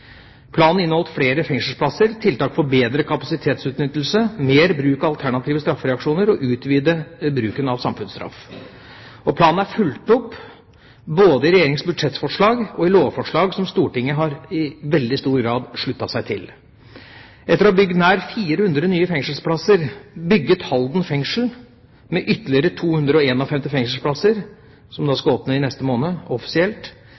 Planen inneholdt flere fengselsplasser, tiltak for bedre kapasitetsutnyttelse, mer bruk av alternative straffereaksjoner og utvidet bruk av samfunnsstraff. Planen er fulgt opp, både i Regjeringas budsjettforslag og i lovforslag som Stortinget i veldig stor grad har sluttet seg til. Etter å ha bygget nær 400 nye fengselsplasser, bygget Halden fengsel med ytterligere 251 fengselsplasser – som skal åpnes offisielt